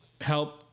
help